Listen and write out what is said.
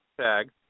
tag